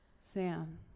Sam